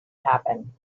happen